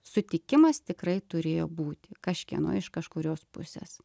sutikimas tikrai turėjo būti kažkieno iš kažkurios pusės